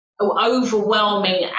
overwhelming